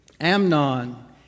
Amnon